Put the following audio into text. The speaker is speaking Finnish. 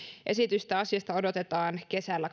esitystä asiasta odotetaan kesällä